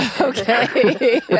Okay